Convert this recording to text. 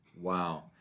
Wow